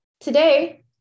Today